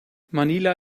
manila